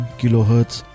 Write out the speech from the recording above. kilohertz